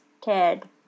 Ted